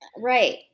Right